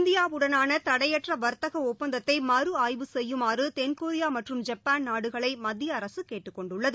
இந்தியாவுடனான தடையற்ற வாத்தக ஒப்பந்தத்தை மறு ஆய்வு செய்யுமாறு தென்கொரியா மற்றும் ஜப்பான் நாடுகளை மத்திய அரசு கேட்டுக்கொண்டுள்ளது